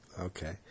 Okay